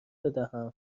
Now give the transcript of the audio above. بدهم